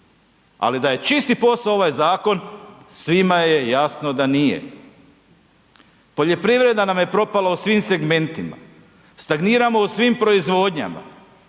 Ali, da je čisti posao ovaj zakon, svima je jasno da nije. Poljoprivreda nam je propala u svim segmentima. Stagniramo u svim proizvodnjama.